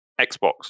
xbox